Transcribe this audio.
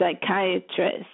psychiatrist